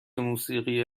موسیقی